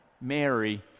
Mary